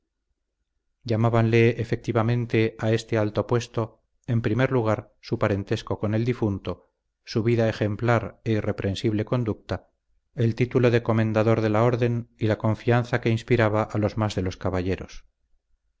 calatrava llamábanle efectivamente a este alto puesto en primer lugar su parentesco con el difunto su vida ejemplar e irreprensible conducta el título de comendador de la orden y la confianza que inspiraba a los más de los caballeros